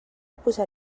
posar